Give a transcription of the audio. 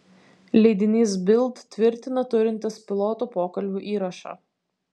leidinys bild tvirtina turintis pilotų pokalbių įrašą